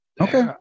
Okay